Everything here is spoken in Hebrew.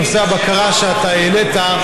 בנושא הבקרה שאתה העלית,